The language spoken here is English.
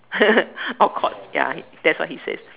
all cords that what he says